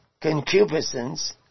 concupiscence